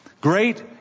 Great